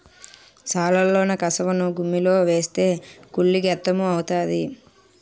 సాలలోన కసవను గుమ్మిలో ఏస్తే కుళ్ళి గెత్తెము అవుతాది